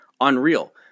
unreal